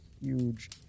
huge